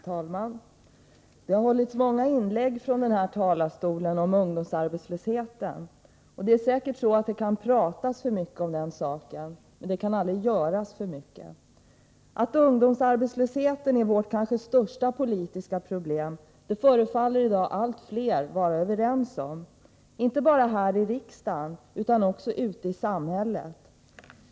Herr talman! Det har gjorts många inlägg från den här talarstolen om ungdomsarbetslösheten. Det kan säkert pratas för mycket om den frågan, men det kan aldrig göras för mycket. Att ungdomsarbetslösheten är vårt kanske största politiska problem förefaller i dag allt fler vara överens om, inte bara här i riksdagen utan också ute i samhället.